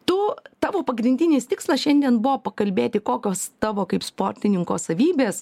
tu tavo pagrindinis tikslas šiandien buvo pakalbėti kokios tavo kaip sportininko savybės